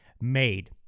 made